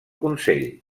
consell